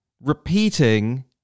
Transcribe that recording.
repeating